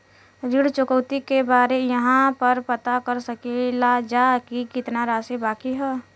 ऋण चुकौती के बारे इहाँ पर पता कर सकीला जा कि कितना राशि बाकी हैं?